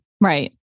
Right